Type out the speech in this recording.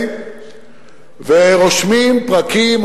ורושמים פרקים,